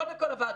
קודם כל עבדנו.